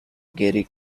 gary